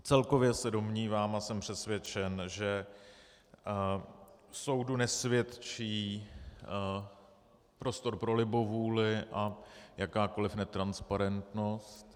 Celkově se domnívám a jsem přesvědčen, že soudu nesvědčí prostor pro libovůli a jakákoliv netransparentnost.